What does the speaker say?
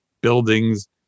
buildings